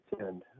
attend